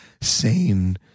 sane